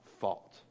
fault